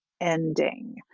ending